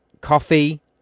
coffee